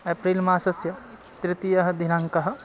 एप्रिल्मासस्य तृतीयः दिनाङ्कः